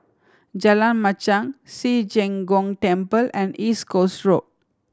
Jalan Machang Ci Zheng Gong Temple and East Coast Road